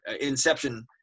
inception